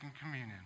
communion